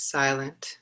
silent